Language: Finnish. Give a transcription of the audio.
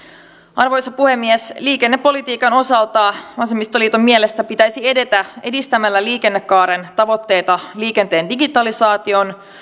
arvoisa puhemies liikennepolitiikan osalta vasemmistoliiton mielestä pitäisi edetä edistämällä liikennekaaren tavoitteita liikenteen digitalisaation